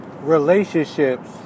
relationships